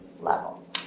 level